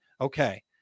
okay